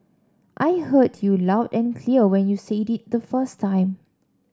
I heard you loud and clear when you said it the first time